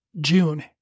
June